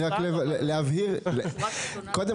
קודם